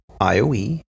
ioe